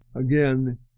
Again